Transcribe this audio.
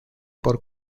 por